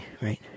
right